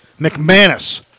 McManus